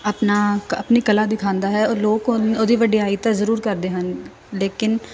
ਆਪਣਾ ਕ ਆਪਣੀ ਕਲਾ ਦਿਖਾਉਂਦਾ ਹੈ ਉਹ ਲੋਕ ਉਹ ਉਹਦੀ ਵਡਿਆਈ ਤਾਂ ਜ਼ਰੂਰ ਕਰਦੇ ਹਨ ਲੇਕਿਨ